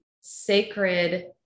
sacred